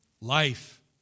Life